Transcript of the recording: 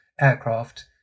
aircraft